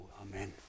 amen